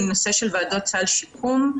היא בנושא של ועדות סל שיקום.